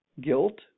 guilt